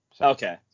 Okay